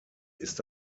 ist